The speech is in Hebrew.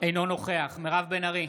- אינו נוכח מירב בן ארי,